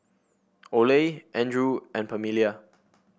Oley Andrew and Pamelia